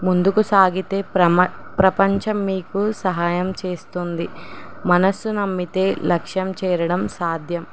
ముందుకు సాగితే ప్రమ ప్రపంచం మీకు సహాయం చేస్తుంది మనసు నమ్మితే లక్ష్యం చేరడం సాధ్యం